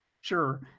Sure